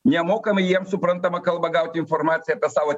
nemokam jiems suprantama kalba gauti informaciją apie savo